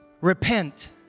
repent